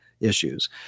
issues